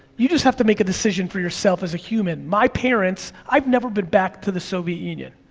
you just have to make a decision for yourself, as a human, my parents, i've never been back to the soviet union,